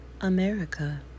America